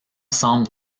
semble